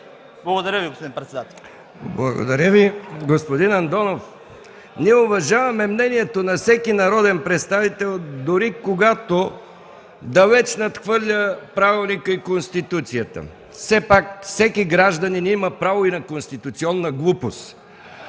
Благодаря Ви. Господин Андонов, ние уважаваме мнението на всеки народен представител, дори когато далече надхвърля правилника и Конституцията – все пак всеки гражданин има право и на конституционна глупост.